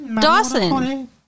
Dawson